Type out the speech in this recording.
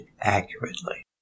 accurately